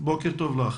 בוקר טוב לך.